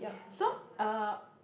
so uh